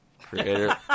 creator